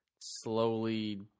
slowly